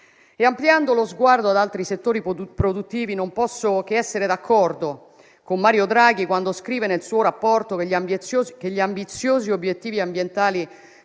Ampliando lo sguardo ad altri settori produttivi, non posso che essere d'accordo con Mario Draghi quando scrive, nel suo rapporto, che gli ambiziosi obiettivi ambientali